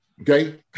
okay